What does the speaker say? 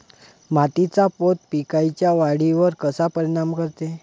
मातीचा पोत पिकाईच्या वाढीवर कसा परिनाम करते?